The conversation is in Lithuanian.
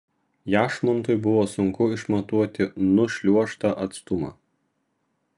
jašmontui buvo sunku išmatuoti nušliuožtą atstumą